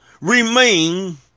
remain